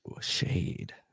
Shade